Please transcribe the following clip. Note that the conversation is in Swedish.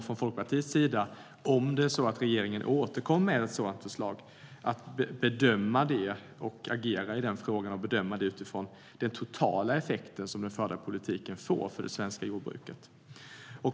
Från Folkpartiets sida kommer vi, om det är så att regeringen återkommer med ett sådant förslag, att bedöma det och agera i den frågan utifrån den totala effekten som den förda politiken får för det svenska jordbruket.